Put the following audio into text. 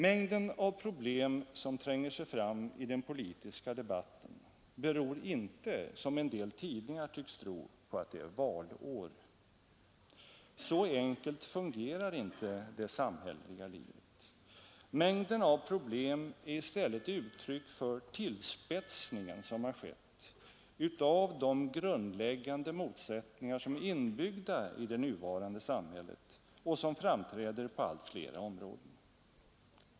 Mängden av problem som tränger sig fram i den politiska debatten beror inte på att det är valår, som en del tidningar tycks tro. Så enkelt fungerar inte det samhälleliga livet. Mängden av problem är i stället uttryck för en tillspetsning som har skett av de grundläggande motsättningar som är inbyggda i det nuvarande samhället och som framträder på allt flera områden.